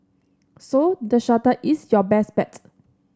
so the shuttle is your best bet